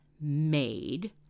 made